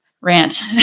rant